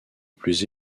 plus